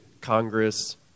Congress